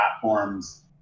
platform's